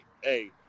hey